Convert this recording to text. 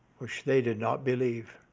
which they did not believe.